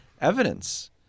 evidence